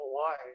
Hawaii